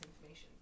information